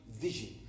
vision